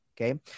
okay